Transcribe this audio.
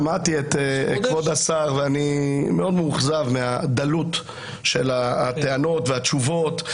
שמעתי את כבוד השר ואני מאוד מאוכזב מהדלות של הטענות והתשובות.